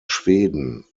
schweden